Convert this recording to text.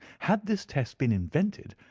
had this test been invented,